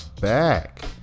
back